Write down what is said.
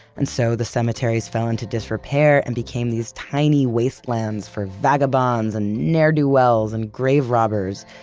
and so the cemeteries fell into disrepair and became these tiny wastelands for vagabonds and ne'er-do-wells and grave robbers.